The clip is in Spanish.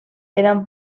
eran